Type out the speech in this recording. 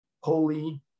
holy